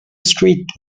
street